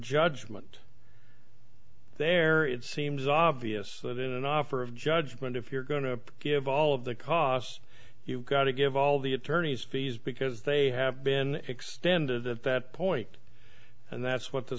judgment there it seems obvious that in an offer of judgment if you're going to give all of the costs you've got to give all the attorneys fees because they have been extended at that point and that's what the